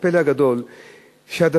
הפלא הגדול שבדבר,